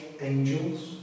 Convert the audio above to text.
angels